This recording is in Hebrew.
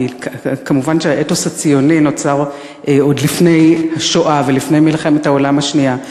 מובן שהאתוס הציוני נוצר עוד לפני השואה ולפני מלחמת העולם השנייה,